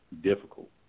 difficult